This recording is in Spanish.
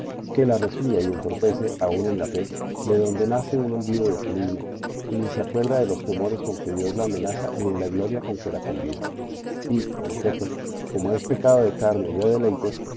que la resfría y entorpece aun en la fe de donde nace un olvido de sí misma y ni se acuerda de los temores con que dios la amenaza ni de la gloria con que la convida y en efeto como es pecado de carne y de deleites